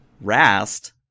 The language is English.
rast